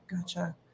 Gotcha